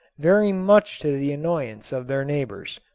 very much to the annoyance of their neighbors.